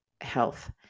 health